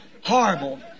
horrible